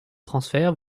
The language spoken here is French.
transferts